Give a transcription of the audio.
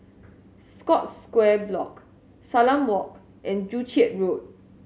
Scotts Square Block Salam Walk and Joo Chiat Road